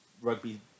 rugby